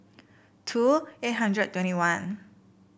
two eight hundred twenty one